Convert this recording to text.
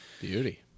Beauty